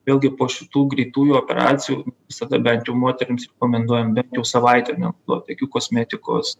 vėlgi po šitų greitųjų operacijų visada bent jau moterims rekomenduojam bent jau savaitę nenaudot jokių kosmetikos